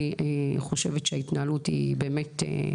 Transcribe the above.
אני חושבת שההתנהלות היא באמת,